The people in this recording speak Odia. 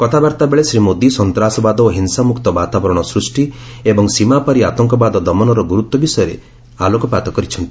କଥାବାର୍ତ୍ତା ବେଳେ ଶ୍ରୀ ମୋଦୀ ସନ୍ତାସବାଦ ଓ ହିଂସା ମୁକ୍ତ ବାତାବରଣ ସୃଷ୍ଟି ଏବଂ ସୀମାପାରି ଆତଙ୍କବାଦ ଦମନର ଗୁରୁତ୍ୱ ବିଷୟରେ ଶ୍ରୀ ମୋଦୀ ଆଲୋକପାତ କରିଛନ୍ତି